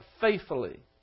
faithfully